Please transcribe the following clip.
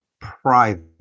private